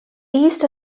east